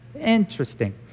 Interesting